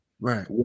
Right